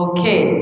Okay